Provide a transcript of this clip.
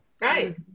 Right